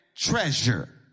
treasure